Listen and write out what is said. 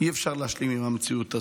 להשלים עם המציאות הזו.